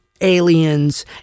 aliens